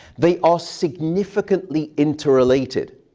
they are significantly interrelated.